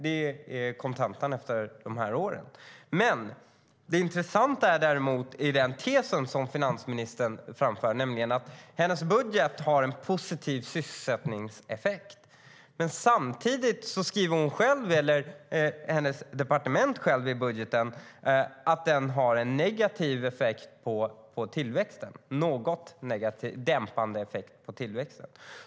Det är kontentan efter dessa år. Det intressanta är däremot den tes som finansministern framför, nämligen att hennes budget har en positiv sysselsättningseffekt. Men samtidigt skriver man från hennes departement i budgeten att den har en negativ effekt på tillväxt - en något dämpande effekt på tillväxten.